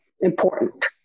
important